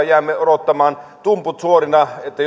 jäämme odottamaan tumput suorina että